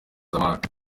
mpuzamahanga